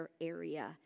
area